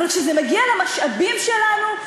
אבל כשזה מגיע למשאבים שלנו,